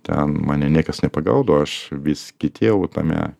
ten mane niekas nepagaudavo aš vis kietėjau tame